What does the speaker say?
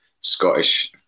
Scottish